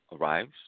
arrives